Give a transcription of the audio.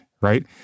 right